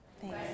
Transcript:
Thanks